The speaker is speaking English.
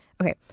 Okay